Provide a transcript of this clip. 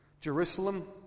Jerusalem